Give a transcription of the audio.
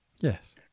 yes